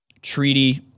treaty